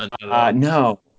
No